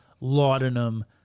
laudanum